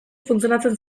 funtzionatzen